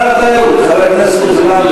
שר התיירות, חבר הכנסת עוזי לנדאו,